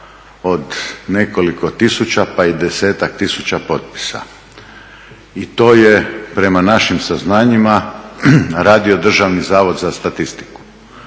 od nekoliko tisuća pa i desetak tisuća potpisa. I to je prema našim saznanjima radio Državni zavod za statistiku.